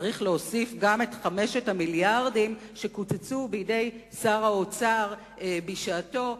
צריך להוסיף גם את 5 המיליארדים שקיצץ שר האוצר בשעתו.